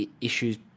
issues